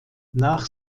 nach